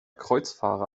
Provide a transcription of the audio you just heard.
kreuzfahrer